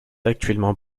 actuellement